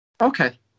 Okay